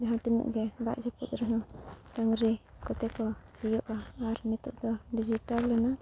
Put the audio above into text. ᱡᱟᱦᱟᱸ ᱛᱤᱱᱟᱹᱜ ᱜᱮ ᱫᱟᱜ ᱡᱟᱹᱯᱩᱫ ᱨᱮᱦᱚᱸ ᱰᱟᱹᱝᱨᱤ ᱠᱚᱛᱮ ᱠᱚ ᱥᱤᱭᱳᱜᱼᱟ ᱟᱨ ᱱᱤᱛᱳᱜ ᱫᱚ ᱰᱤᱡᱤᱴᱟᱞ ᱮᱱᱟ